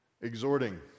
Exhorting